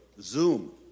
Zoom